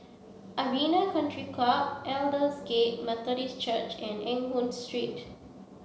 Arena Country Club Aldersgate Methodist Church and Eng Hoon Street